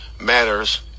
matters